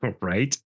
Right